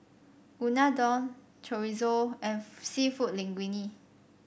Unadon Chorizo and seafood Linguine